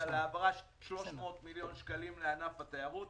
להעברה של 300 מיליון שקלים לענף התיירות,